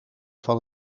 van